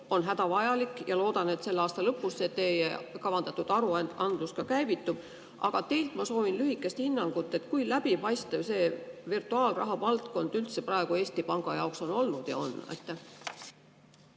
on hädavajalik ja ma loodan, et selle aasta lõpus teie kavandatud aruandlus käivitub. Aga teilt ma soovin lühikest hinnangut, kui läbipaistev see virtuaalraha valdkond üldse praegu Eesti Panga jaoks on olnud. Aitäh,